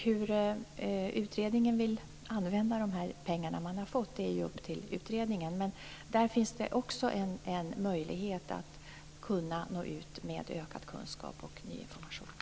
Hur utredningen vill använda de pengar den har fått är upp till utredningen, men där finns det också en möjlighet att nå ut med ökad kunskap och ny information.